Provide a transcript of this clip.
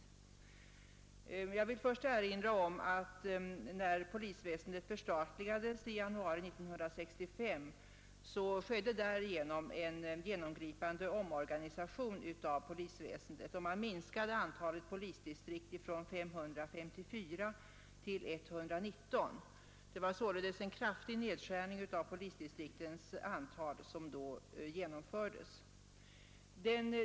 Jag vill först erinra om att när polisväsendet förstatligades i januari 1965, skedde därigenom en genomgripande omorganisation av polisväsendet. Man minskade antalet polisdistrikt från 554 till 119. Det var således en kraftig nedskärning av polisdistriktens antal som då genomfördes.